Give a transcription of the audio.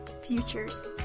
futures